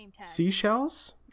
seashells